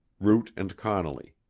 root and connelley.